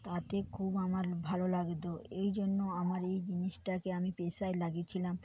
তাতে খুব আমার ভালো লাগতো এই জন্য আমার এই জিনিসটাকে আমি পেশায় লাগিয়ে ছিলাম